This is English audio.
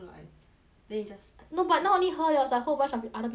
then 你 just no but not only her there was like whole bunch of other people also smoking